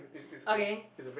okay